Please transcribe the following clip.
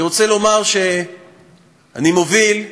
אני רוצה לומר שאני מוביל,